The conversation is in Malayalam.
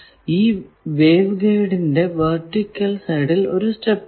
ഈ വേവ് ഗൈഡിന്റെ വെർട്ടിക്കൽ സൈഡിൽ ഒരു സ്റ്റെപ് ഉണ്ട്